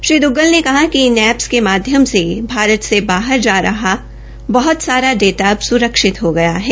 श्री द्ग्गल ने कहा कि इन एप्पस के माध्यम से भारत से बाहर जा रहा बहत सारा डाटा अब स्रक्षित हो गया है